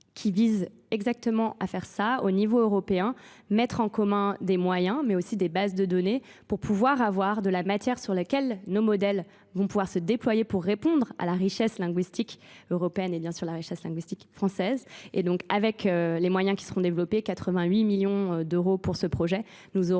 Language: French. qui vise exactement à faire ça au niveau européen, mettre en commun des moyens mais aussi des bases de données pour pouvoir avoir de la matière sur laquelle nos modèles vont pouvoir se déployer pour répondre à la richesse linguistique européenne et bien sûr la richesse linguistique française. Et donc avec les moyens qui seront développés, 88 millions d'euros pour ce projet,